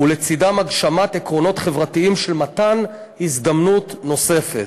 ולצדם הגשמת עקרונות חברתיים של מתן הזדמנות נוספת.